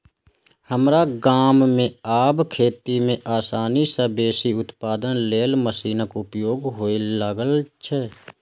हमरा गाम मे आब खेती मे आसानी आ बेसी उत्पादन लेल मशीनक उपयोग हुअय लागल छै